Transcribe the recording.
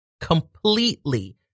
completely